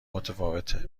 متفاوته